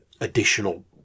additional